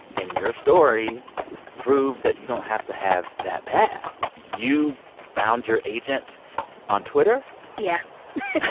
and your story proved that you don't have to have that path. you found your agent on twitter yeah.